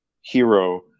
hero